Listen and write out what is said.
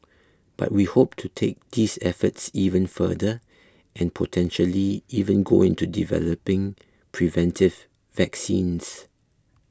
but we hope to take these efforts even further and potentially even go into developing preventive vaccines